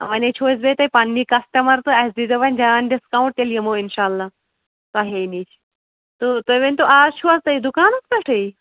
وۄنۍ ہے چھُو أسی تۄہہِ پَنٛنۍ کَسٹَمَر تہٕ اَسہِ دِیِزیو وۄنۍ جان ڈِسکوٕنٹ تیٚلہِ یِمَو اِنشاءاللہ تۄہے نِش تہٕ تُہۍ وٕنۍ تَو آز چھُوا تُہۍ دُکانَس پٮ۪ٹھٕے